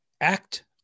act